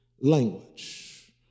language